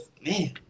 man